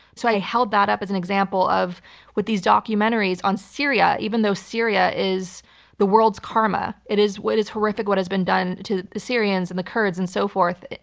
so i held that up as an example of with these documentaries on syria. even though syria is the world's karma, it is what is horrific what has been done to the syrians and the kurds and so forth,